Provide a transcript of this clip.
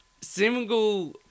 single